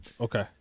okay